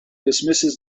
dismisses